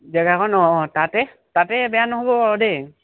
জেগাকণ অঁ তাতে তাতেই বেয়া নহ'ব বাৰু দেই